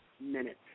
minutes